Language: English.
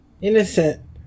innocent